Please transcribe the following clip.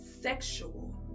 sexual